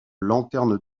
lanterne